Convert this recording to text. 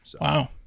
Wow